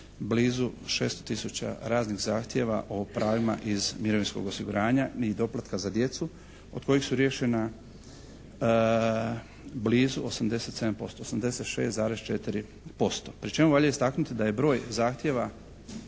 blizu 600 tisuća raznih zahtjeva o pravima iz mirovinskog osiguranja i doplatka za djecu od kojih su riješena blizu 87%, 86,4% pri čemu valja istaknuti da je broj zahtjeva,